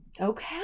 Okay